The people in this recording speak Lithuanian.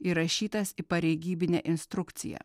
įrašytas į pareigybinę instrukciją